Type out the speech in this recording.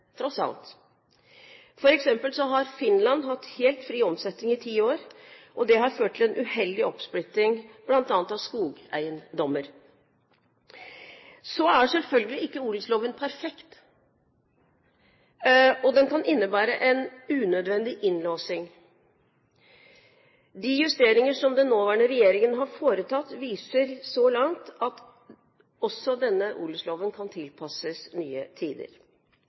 tross alt. For eksempel har Finland hatt helt fri omsetting i ti år, og det har ført til en uheldig oppsplitting, bl.a. av skogeiendommer. Så er selvfølgelig ikke odelsloven perfekt. Den kan innebære en unødvendig innlåsing. De justeringer som den nåværende regjeringen har foretatt, viser så langt at også denne odelsloven kan tilpasses nye tider.